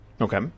Okay